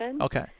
okay